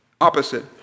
opposite